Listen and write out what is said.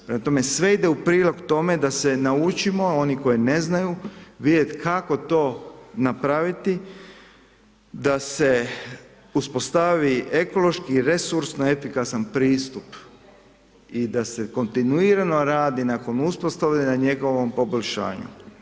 Prema tome, sve ide u prilog tome da se naučimo, oni koji ne znaju, vidjeti kako to napraviti da se uspostavit ekološki resurs na efikasan pristup i da se kontinuirano radi nakon uspostave na njegovom poboljšanju.